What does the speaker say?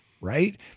right